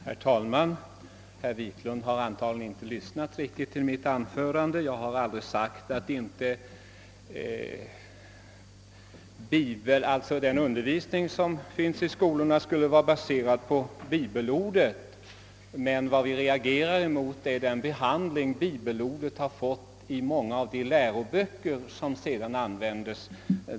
Herr talman! Herr Wiklund i Härnösand har antagligen inte lyssnat riktigt till mitt anförande. Jag har aldrig sagt att den undervisning som bedrivs i skolorna inte skulle vara baserad på bibelordet. Men vad vi reagerar mot är den behandling bibelordet har fått i många av de läroböcker som används.